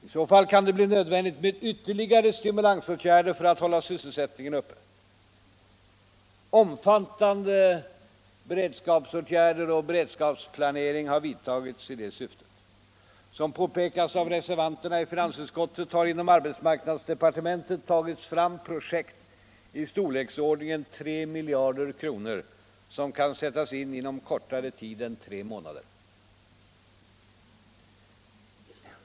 I så fall kan det bli nödvändigt med ytterligare stimulansåtgärder för att hålla sysselsättningen uppe. Omfattande beredskapsåtgärder och beredskapsplanering har vidtagits i detta syfte. Som påpekas av de socialdemokratiska reservanterna i finansutskottet har inom arbetsmarknadsdepartementet tagits fram projekt i storleksordningen 3 miljarder kronor, som kan sättas in inom kortare tid än tre månader.